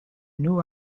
new